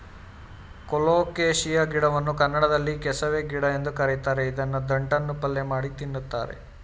colocasia ಗಿಡವನ್ನು ಕನ್ನಡದಲ್ಲಿ ಕೆಸವೆ ಗಿಡ ಎಂದು ಕರಿತಾರೆ ಇದರ ದಂಟನ್ನು ಪಲ್ಯಮಾಡಿ ತಿನ್ನುತ್ತಾರೆ